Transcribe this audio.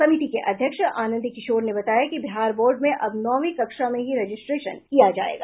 समिति के अध्यक्ष आनंद किशोर ने बताया कि बिहार बोर्ड में अब नौवीं कक्षा में ही रजिस्ट्रेशन किया जायेगा